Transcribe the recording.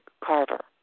carver